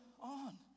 on